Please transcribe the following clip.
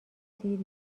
دیر